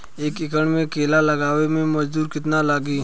एक एकड़ में केला लगावे में मजदूरी कितना लागी?